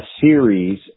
series